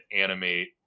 animate